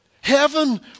Heaven